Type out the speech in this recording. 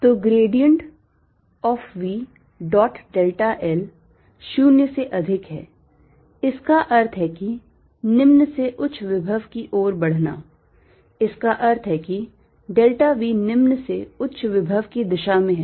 तो grad V dot delta l 0 से अधिक है इसका अर्थ है कि निम्न से उच्च विभव की ओर बढ़ना इसका अर्थ है कि delta V निम्न से उच्च विभव की दिशा में है